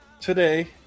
today